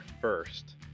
first